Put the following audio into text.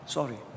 Sorry